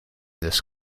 this